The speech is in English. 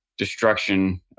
Destruction